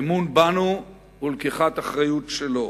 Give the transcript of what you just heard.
אמון בנו ולקיחת אחריות שלו.